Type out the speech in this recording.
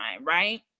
right